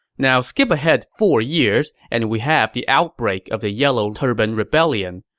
now, skip ahead four years, and we have the outbreak of the yellow turban rebellion.